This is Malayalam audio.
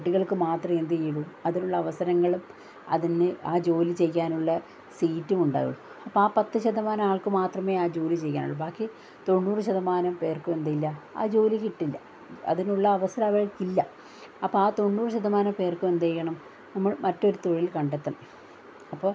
കുട്ടികൾക്ക് മാത്രമെ എന്തെയ്യൊള്ളൂ അതിനുള്ള അവസരങ്ങളും അതിൽ നിന്ന് ആ ജോലി ചെയ്യാനുള്ള സീറ്റുമുന്ദാവുകയുള്ളു അപ്പം ആ പത്ത് ശതമാനം ആൾക്ക് മാത്രമേ ആ ജോലി ചെയ്യാനൊള്ളൂ ബാക്കി തൊണ്ണൂറ് ശതമാനം പേർക്കും എന്തില്ല ആ ജോലി കിട്ടില്ല അതിനുള്ള അവസരം അവർക്കില്ല അപ്പ ആ തൊണ്ണൂറ് ശതമാനം പേർക്കും എന്തെയ്യെണം നമ്മൾ മറ്റൊരു തൊഴിൽ കണ്ടെത്തണം അപ്പോൾ